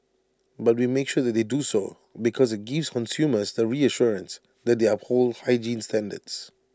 but we make sure that they do so because IT gives consumers the reassurance that they uphold hygiene standards